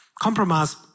Compromise